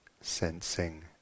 Sensing